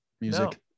music